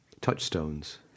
touchstones